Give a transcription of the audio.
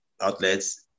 outlets